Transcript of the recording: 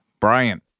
Brian